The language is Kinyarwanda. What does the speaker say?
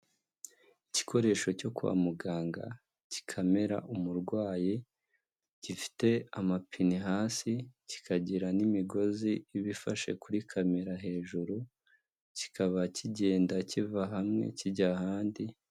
Igikoresho cyo kwa muganga, kikamera umurwayi, gifite amapine hasi, kikagira n'imigozi iba ifashe kuri kamera hejuru, kikaba kigenda kiva hamwe kijya ahandi.